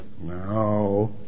no